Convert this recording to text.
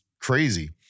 crazy